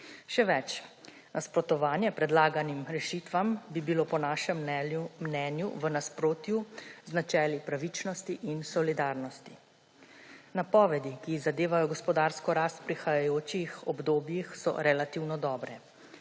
Še več, nasprotovanje predlaganim rešitvam bi bilo po našem mnenju v nasprotju z načeli pravičnosti in solidarnosti. Napovedi, ki zadevajo gospodarsko rast v prihajajočih obdobjih, so relativno dobre.